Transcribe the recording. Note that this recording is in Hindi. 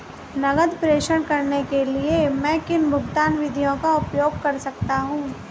नकद प्रेषण करने के लिए मैं किन भुगतान विधियों का उपयोग कर सकता हूँ?